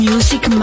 Music